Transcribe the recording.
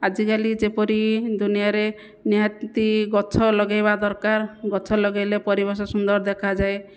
ଆଜିକାଲି ଯେପରି ଦୁନିଆଁରେ ନିହାତି ଗଛ ଲଗେଇବା ଦରକାର ଗଛ ଲଗାଇଲେ ପରିବେଶ ସୁନ୍ଦର ଦେଖାଯାଏ